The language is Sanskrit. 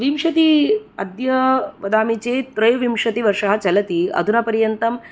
विंशति अद्य वदामि चेत् त्र्यविंशति वर्षः चलति अधुना पर्यन्तम्